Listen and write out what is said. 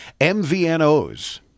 MVNOs